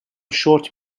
شرت